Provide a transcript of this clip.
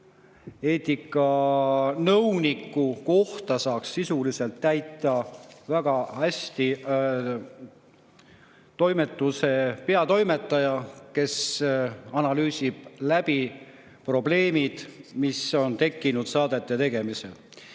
Eetikanõuniku kohta saaks sisuliselt täita väga hästi toimetuse peatoimetaja, kes analüüsib läbi probleemid, mis on tekkinud saadete tegemisel.